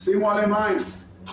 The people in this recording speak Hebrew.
שימו עליהם עין.